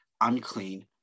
unclean